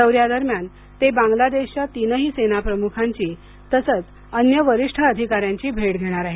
दौर्यादरम्यान ते बांगलादेशच्या तीनही सेना प्रमुखांची तसंच अन्य वरिष्ठ अधिकाऱ्यांची भेट घेणार आहेत